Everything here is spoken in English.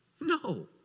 No